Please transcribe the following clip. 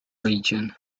region